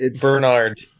Bernard